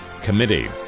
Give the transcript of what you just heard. Committee